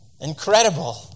Incredible